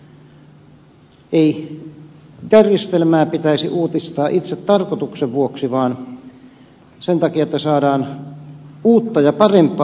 ei järjestelmää pitäisi uudistaa itsetarkoituksen vuoksi vaan sen takia että saadaan uutta ja parempaa